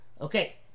Okay